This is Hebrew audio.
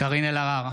קארין אלהרר,